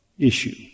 issue